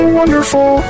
wonderful